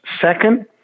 Second